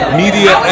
media